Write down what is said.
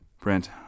Brent